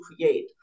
create